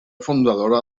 fundadora